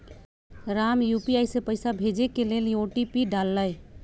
Ram UPI से पइसा भेजे के लेल ओ.टी.पी डाललई